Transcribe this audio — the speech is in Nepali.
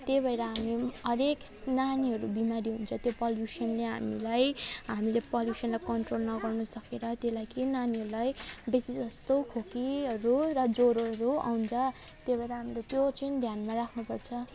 त्यही भएर हामी पनि हरेक नानीहरू बिमारी हुन्छ त्यो पल्युसनले हामीलाई हामीले पल्युसनलाई कन्ट्रोल नगर्नु सकेर त्यो लागि नानीहरूलाई बेसी जस्तो खोकीहरू र ज्वरोहरू आउँछ त्यही भएर हामीले त्यो चाहिँ ध्यानमा राख्नु पर्छ